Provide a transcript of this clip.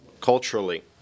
culturally